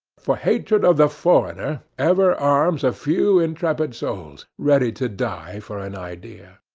for hatred of the foreigner ever arms a few intrepid souls, ready to die for an idea.